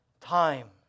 time